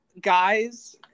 guys